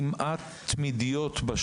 כמעט תמידיות,